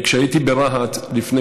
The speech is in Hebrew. כשהייתי ברהט לפני